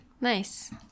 Nice